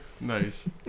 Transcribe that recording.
Nice